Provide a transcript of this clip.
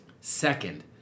Second